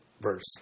verse